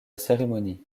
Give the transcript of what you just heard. cérémonie